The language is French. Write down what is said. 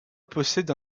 possède